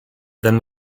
then